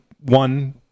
one